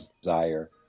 desire